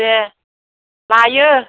दे लायो